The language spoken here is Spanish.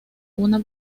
una